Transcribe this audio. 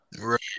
right